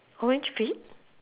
orange feet